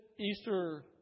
Easter